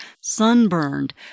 sunburned